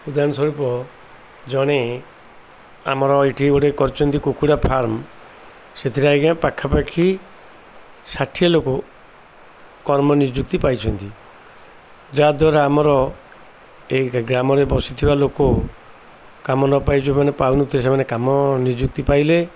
ଉଦାରଣ ସ୍ୱରୂପ ଜଣେ ଆମର ଏଇଠି ଗୋଟେ କରିଛିନ୍ତି କୁକୁଡ଼ା ଫାର୍ମ ସେଥିରେ ଆଜ୍ଞା ପାଖାପାଖି ଷାଠିଏ ଲୋକ କର୍ମ ନିଯୁକ୍ତି ପାଇଛନ୍ତି ଯାହାଦ୍ୱାରା ଆମର ଏଇ ଗ୍ରାମରେ ବସିଥିବା ଲୋକ କାମ ନ ପାଇ ଯେଉଁମାନେ ପାଉନଥିଲେ ସେମାନେ କାମ ନିଯୁକ୍ତି ପାଇଲେ